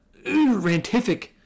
rantific